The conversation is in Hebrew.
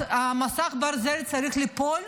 מסך הברזל צריך ליפול,